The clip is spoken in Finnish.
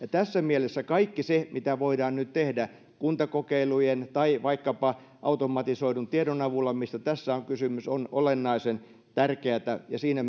tässä mielessä kaikki se mitä voidaan nyt tehdä kuntakokeilujen tai vaikkapa automatisoidun tiedon avulla mistä tässä on kysymys on olennaisen tärkeätä ja siinä